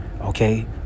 Okay